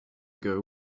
ago